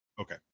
Okay